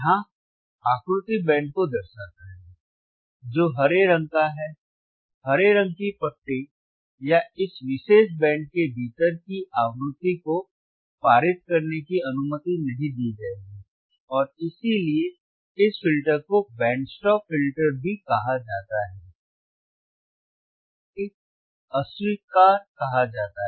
यहां आकृति बैंड को दर्शाता है जो हरे रंग का है हरे रंग की पट्टी या इस विशेष बैंड के भीतर की आवृत्ति को पारित करने की अनुमति नहीं दी जाएगी और इसीलिए इस फ़िल्टर को बैंड स्टॉप फ़िल्टर भी कहा जाता है या इसे अस्वीकार कहा जाता है